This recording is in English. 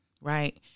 right